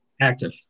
active